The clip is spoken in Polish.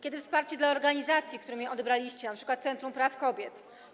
Kiedy będzie wsparcie dla organizacji, którym je odebraliście, np. Centrum Praw Kobiet?